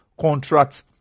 contract